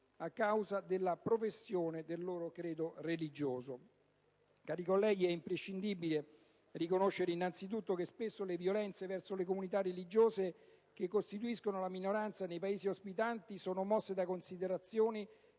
a causa della professione del loro credo religioso». Cari colleghi, è imprescindibile riconoscere che spesso le violenze verso le comunità religiose che costituiscono la minoranza nei Paesi ospitanti sono mosse da considerazioni